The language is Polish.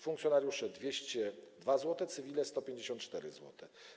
Funkcjonariusze - 202 zł, cywile - 154 zł.